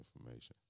information